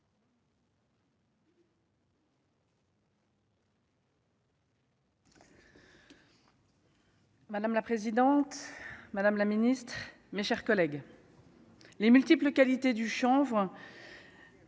Madame la présidente, Madame la Ministre, mes chers collègues. Les multiples qualités du chanvre.